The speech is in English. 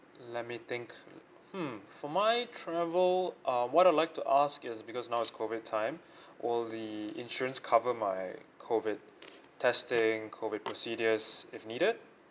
let me think mmhmm for my travel uh what I'd like to ask is because now is COVID time will the insurance cover my COVID testing COVID procedures if needed